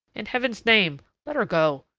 in heaven's name, let her go.